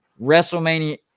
WrestleMania